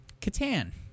Catan